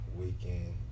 weekend